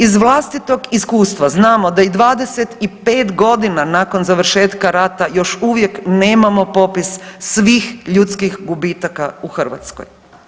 Iz vlastitog iskustva znamo da i 25 godina nakon završetka rata još uvijek nemamo popis svih ljudskih gubitaka u Hrvatskoj.